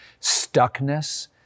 stuckness